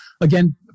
Again